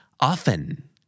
Often